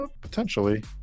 potentially